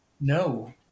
no